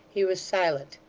he was silent.